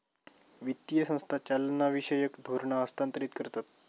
वित्तीय संस्था चालनाविषयक धोरणा हस्थांतरीत करतत